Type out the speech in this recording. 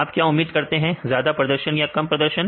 आप क्या उम्मीद करते हैं ज्यादा प्रदर्शन या कम प्रदर्शन